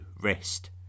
rest